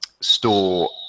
store